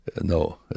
no